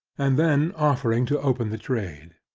and then offering to open the trade.